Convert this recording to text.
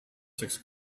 six